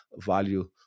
value